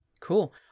cool